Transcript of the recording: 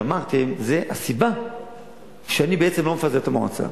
שאמרתם זה הסיבה שאני בעצם לא מפזר את המועצה.